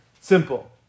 simple